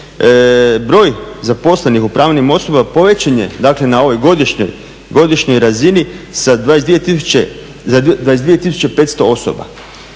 Broj zaposlenih u pravnim osobama povećan je na ovogodišnjoj razini za 22 500 osoba.